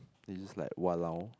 then it's just like !walao!